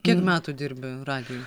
kiek metų dirbi radijuj